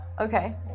Okay